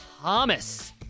Thomas